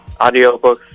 audiobooks